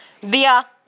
via